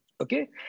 Okay